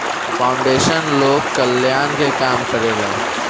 foundation लोक कल्याण के काम करेला